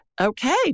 Okay